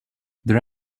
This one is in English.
there